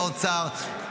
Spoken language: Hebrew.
באוצר,